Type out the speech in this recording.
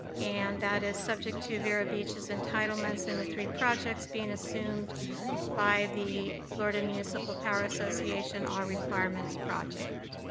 and that is subject to vero beach's entitlements in the three projects being assumed by the florida municipal power association, all requirements project.